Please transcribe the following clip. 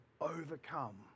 overcome